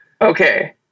Okay